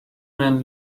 man